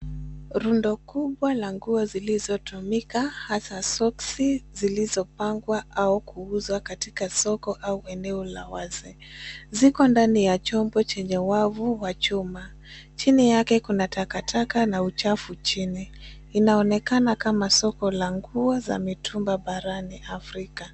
Rundo kubwa la nguo zilizotumika, hasa soksi zilizopangwa au kuuzwa katika soko au eneo la wazi. Ziko ndani ya chombo chenye wavu wa chuma. Chini yake kuna takataka na uchafu chini. Inaonekana kama soko la nguo za mitumba barani Afrika.